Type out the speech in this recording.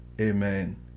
Amen